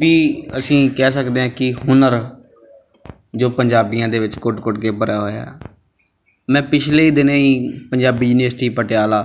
ਵੀ ਅਸੀਂ ਕਹਿ ਸਕਦੇ ਹਾਂ ਕਿ ਹੁਨਰ ਜੋ ਪੰਜਾਬੀਆਂ ਦੇ ਵਿੱਚ ਕੁੱਟ ਕੁੱਟ ਕੇ ਭਰਿਆ ਹੋਇਆ ਹੈ ਮੈਂ ਪਿਛਲੇ ਦਿਨੇ ਹੀ ਪੰਜਾਬੀ ਯੂਨੀਵਰਸਿਟੀ ਪਟਿਆਲਾ